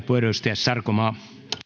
puhemies